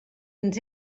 ens